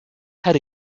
head